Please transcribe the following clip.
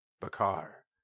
Bakar